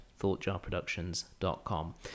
thoughtjarproductions.com